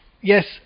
yes